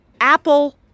Apple